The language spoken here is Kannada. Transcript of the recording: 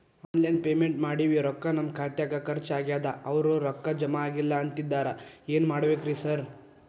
ಆನ್ಲೈನ್ ಪೇಮೆಂಟ್ ಮಾಡೇವಿ ರೊಕ್ಕಾ ನಮ್ ಖಾತ್ಯಾಗ ಖರ್ಚ್ ಆಗ್ಯಾದ ಅವ್ರ್ ರೊಕ್ಕ ಜಮಾ ಆಗಿಲ್ಲ ಅಂತಿದ್ದಾರ ಏನ್ ಮಾಡ್ಬೇಕ್ರಿ ಸರ್?